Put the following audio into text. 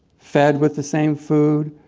fed with the same food,